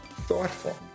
thoughtful